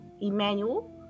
Emmanuel